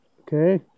okay